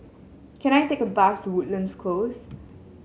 can I take a bus to Woodlands Close